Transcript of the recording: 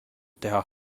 teha